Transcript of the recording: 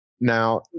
Now